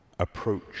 approach